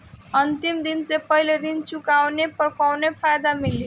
अंतिम दिन से पहले ऋण चुकाने पर कौनो फायदा मिली?